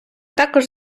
також